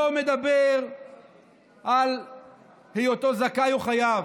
אני לא מדבר על היותו זכאי או חייב,